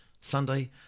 Sunday